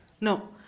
No